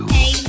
Hey